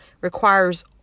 requires